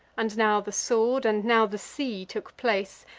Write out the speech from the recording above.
and now the sword, and now the sea took place,